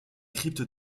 crypte